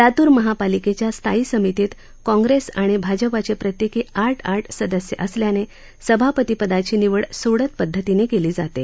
लातूर महापालिकेच्या स्थायी समितीत काँग्रेस आणि भाजपचे प्रत्येकी आठ आठ सदस्य असल्यानं सभापती पदाची निवड सोडत पदधतीनं केली जाते